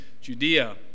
Judea